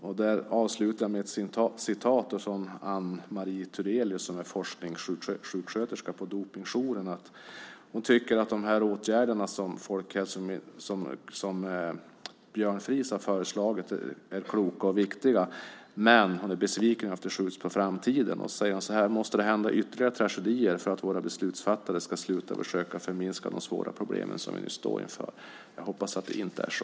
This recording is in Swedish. Jag ska avsluta med ett citat av Ann-Mari Thurelius som är forskningssjuksköterska på Dopingjouren. Hon tycker att de åtgärder som Björn Fries har föreslagit är kloka och viktiga, men hon är besviken över att det skjuts på framtiden. Hon säger så här: "Måste det hända ytterligare tragedier för att våra beslutsfattare ska sluta försöka förminska de svåra problem som vi har och står inför?" Jag hoppas att det inte är så.